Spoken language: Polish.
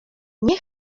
nie